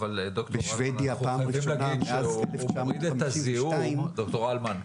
בשבדיה בפעם הראשונה מאז 1952 פתחו --- ד"ר הלמן,